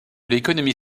l’économie